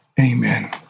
Amen